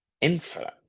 infinite